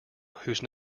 whose